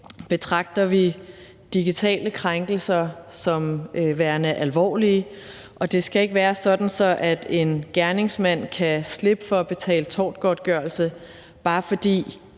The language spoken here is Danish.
betragter vi digitale krænkelser som værende alvorlige, og det skal ikke være sådan, at en gerningsmand kan slippe for at betale tortgodtgørelse, bare fordi